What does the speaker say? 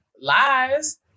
Lies